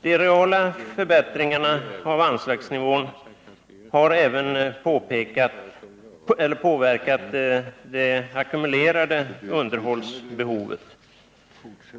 De reala förbättringarna av anslagsnivån har även påverkat det ackumulerade underhållsbehovet.